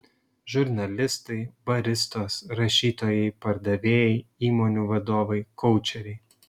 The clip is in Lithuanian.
žurnalistai baristos rašytojai pardavėjai įmonių vadovai koučeriai